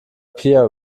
peer